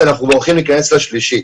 ואנחנו בורחים להיכנס לשלישי.